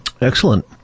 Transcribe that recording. Excellent